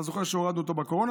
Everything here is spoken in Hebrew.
אתה זוכר שהורדנו אותו בקורונה,